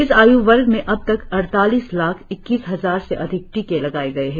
इस आय् वर्ग में अब तक अड़तालीस लाख इक्कीस हजार से अधिक टीके लगाए गये हैं